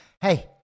Hey